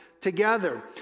together